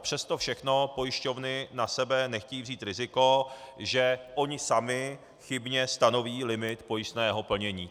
Přes to všechno pojišťovny na sebe nechtějí vzít riziko, že ony samy chybně stanoví limit pojistného plnění.